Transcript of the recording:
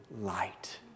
light